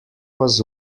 was